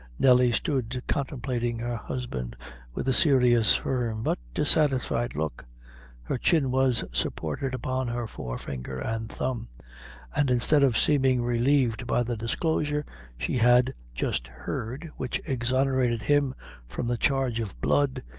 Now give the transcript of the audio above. nelly stood contemplating her husband with a serious, firm, but dissatisfied look her chin was supported upon her forefinger and thumb and instead of seeming relieved by the disclosure she had just heard, which exonerated him from the charge of blood,